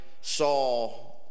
saw